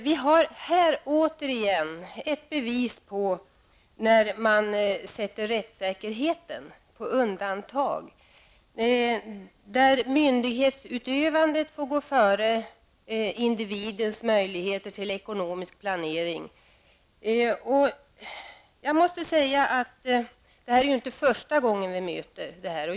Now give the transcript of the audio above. Vi har här återigen ett bevis på att man sätter rättssäkerheten på undantag, att myndighetsutövandet får gå före individens möjligheter till ekonomisk planering. Jag måste säga att det är inte första gången vi möter det här.